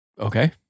Okay